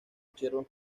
observan